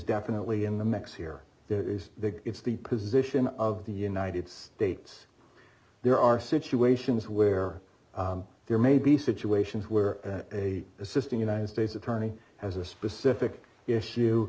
definitely in the mix here there is the it's the position of the united states there are situations where there may be situations where a assisting united states attorney has a specific issue